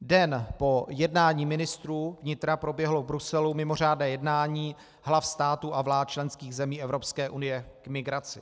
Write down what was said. Den po jednání ministrů vnitra proběhlo v Bruselu mimořádné jednání hlav států a vlád členských zemí Evropské unie k migraci.